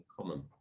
common